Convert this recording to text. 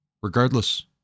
regardless